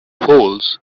foals